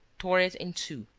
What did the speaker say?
tore it in two,